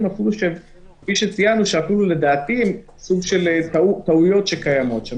לדברים שהם, לדעתי, סוג טעויות שקיימות שם.